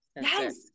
Yes